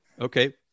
Okay